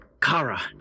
Kara